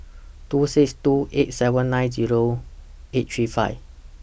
two six two eight seven nine Zero eight three five